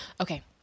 Okay